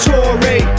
Tory